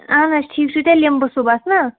اہن حظ ٹھیٖک چھُ تیٚلہِ یِمہٕ بہٕ صُبَس نا